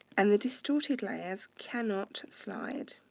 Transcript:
and the distorted layers cannot slide.